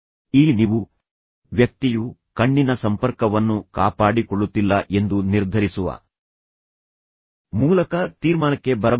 ಇಲ್ಲಿ ನೀವು ವ್ಯಕ್ತಿಯು ಕಣ್ಣಿನ ಸಂಪರ್ಕವನ್ನು ಕಾಪಾಡಿಕೊಳ್ಳುತ್ತಿಲ್ಲ ಎಂದು ನಿರ್ಧರಿಸುವ ಮೂಲಕ ತೀರ್ಮಾನಕ್ಕೆ ಬರಬಾರದು